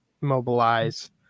Mobilize